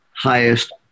highest